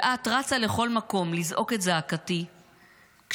ואת רצה לכל מקום לזעוק את זעקתי כשאת